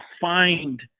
find